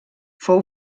fou